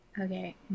Okay